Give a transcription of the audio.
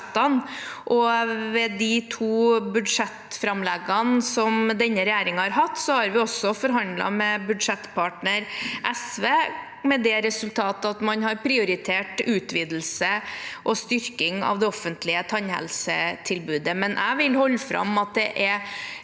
ved de to budsjettframleggene som denne regjeringen har hatt, har vi også forhandlet med budsjettpartner SV, med det resultat at man har prioritert utvidelse og styrking av det offentlige tannhelsetilbudet. Men jeg vil holde fram at det er